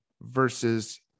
versus